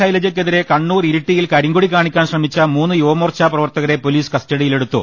ശൈലജയ്ക്കെതിരെ കണ്ണൂർ ഇരിട്ടിയിൽ കരിങ്കൊടി കാണിക്കാൻ ശ്രമിച്ച മൂന്ന് യുവമോർച്ചാപ്രവർത്തകരെ പൊലീസ് കസ്റ്റ ഡിയിലെടുത്തു